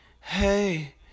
hey